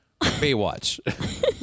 Baywatch